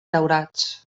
daurats